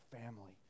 family